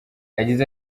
yagize